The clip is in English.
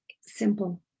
simple